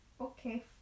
Okay